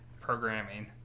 programming